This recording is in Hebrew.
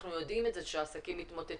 אנחנו יודעים את זה שהעסקים מתמוטטים,